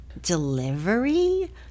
delivery